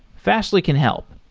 fastly can help.